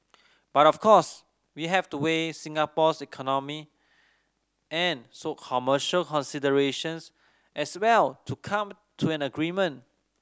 but of course we have to weigh Singapore's economic and show commercial considerations as well to come to an agreement